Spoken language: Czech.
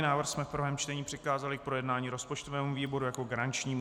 Návrh jsme v prvém čtení přikázali k projednání rozpočtovému výboru jako garančnímu.